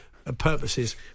Purposes